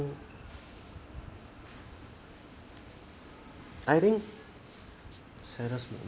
I think saddest moment